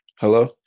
Hello